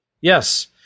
Yes